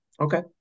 Okay